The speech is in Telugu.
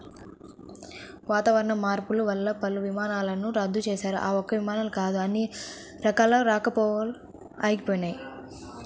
వాతావరణ మార్పులు వల్ల పలు విమానాలను రద్దు చేశారు, ఒక్క విమానాలే కాదు అన్ని రకాల రాకపోకలూ ఆగిపోయినయ్